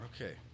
Okay